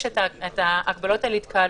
יש ההגבלות על התקהלויות,